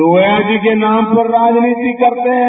लोहिया जी के नाम पर राजनीति करते हैं